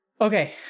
Okay